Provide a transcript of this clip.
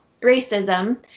racism